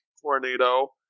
tornado